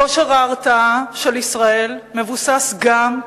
כושר ההרתעה של ישראל מבוסס גם,